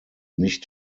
nicht